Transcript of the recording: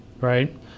Right